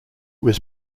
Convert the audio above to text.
was